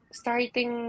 starting